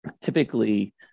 typically